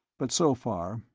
but so far,